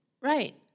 Right